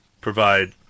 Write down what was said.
provide